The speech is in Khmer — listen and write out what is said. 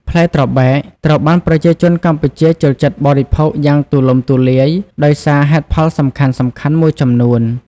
ផ្លែត្របែក ត្រូវបានប្រជាជនកម្ពុជាចូលចិត្តបរិភោគយ៉ាងទូលំទូលាយដោយសារហេតុផលសំខាន់ៗមួយចំនួន។